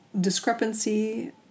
discrepancy